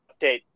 update